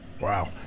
Wow